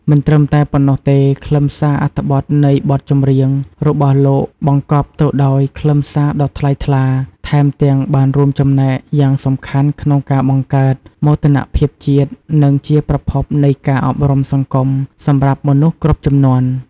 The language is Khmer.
មិនត្រឹមតែប៉ុណ្ណោះទេ ខ្លឹមសារអត្ថន័នៃបទចម្រៀងរបស់លោកបង្កប់ទៅដោយខ្លឹមសារដ៏ថ្លៃថ្លា ថែមទាំងបានរួមចំណែកយ៉ាងសំខាន់ក្នុងការបង្កើត មោទនភាពជាតិ និងជាប្រភពនៃ ការអប់រំសង្គម សម្រាប់មនុស្សគ្រប់ជំនាន់ ។